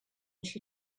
she